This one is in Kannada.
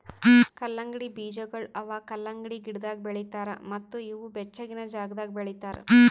ಕಲ್ಲಂಗಡಿ ಬೀಜಗೊಳ್ ಅವಾ ಕಲಂಗಡಿ ಗಿಡದಾಗ್ ಬೆಳಿತಾರ್ ಮತ್ತ ಇವು ಬೆಚ್ಚಗಿನ ಜಾಗದಾಗ್ ಬೆಳಿತಾರ್